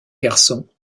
garçons